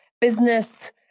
business